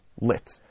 lit